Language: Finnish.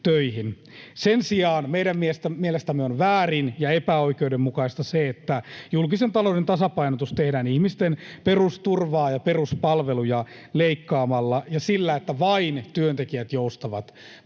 Sen sijaan meidän mielestämme on väärin ja epäoikeudenmukaista se, että julkisen talouden tasapainotus tehdään ihmisten perusturvaa ja peruspalveluja leikkaamalla ja sillä, että vain työntekijät joustavat.